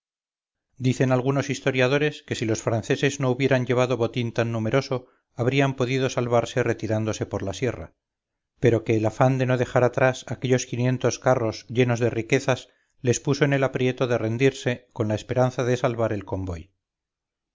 dicen algunos historiadores que si los franceses no hubieran llevado botín tan numeroso habrían podido salvarse retirándose por la sierra pero que el afán de no dejar atrás aquellos quinientos carros llenos deriquezas les puso en el aprieto de rendirse con la esperanza de salvar el convoy